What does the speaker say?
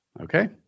Okay